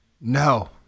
No